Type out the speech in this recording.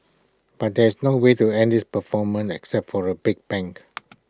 but there's no way to end this performance except for A big bang